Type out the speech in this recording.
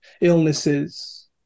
illnesses